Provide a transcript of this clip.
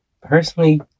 personally